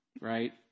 right